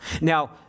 Now